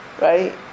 Right